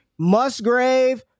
Musgrave